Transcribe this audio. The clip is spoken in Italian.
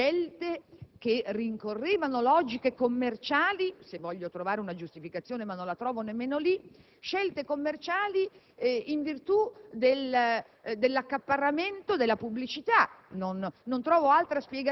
si tratta di scelte che rincorrevano logiche commerciali - se voglio trovare una giustificazione, ma non la trovo nemmeno in questo modo - in virtù dell'accaparramento della pubblicità.